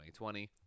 2020